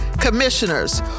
commissioners